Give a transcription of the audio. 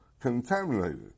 contaminated